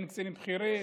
אין קצינים בכירים,